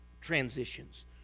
transitions